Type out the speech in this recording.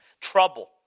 Trouble